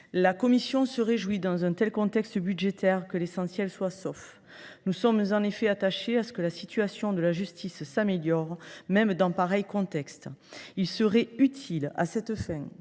La commission se réjouit que, dans le contexte budgétaire que nous connaissons, l’essentiel soit sauf. Nous sommes en effet attachés à ce que la situation de la justice s’améliore, même dans pareil contexte. Il serait utile, à cette fin,